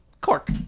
Cork